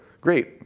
great